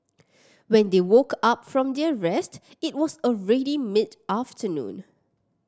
when they woke up from their rest it was already mid afternoon